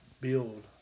build